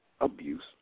abuse